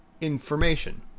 information